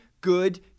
good